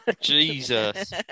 Jesus